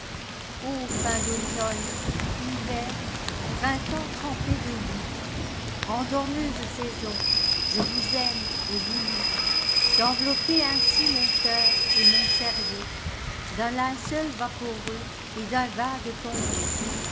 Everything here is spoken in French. as d'automne hivers printemps trempés de boue etormeuses saisons je vous aime et vous loued'ivelopper ainsi mon cœur et mon cer'eau di linceul vaporeux et d'un vague tombeau